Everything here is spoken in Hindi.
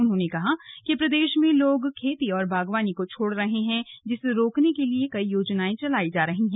उन्होंने कहा कि प्रदेश में लोग खेती और बागवानी को छोड़ रहे हैं जिसे रोकने के लिए कई योजनाएं चलाई जा रही हैं